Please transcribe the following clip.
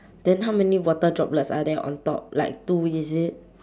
then how many water droplets are there on top like two is it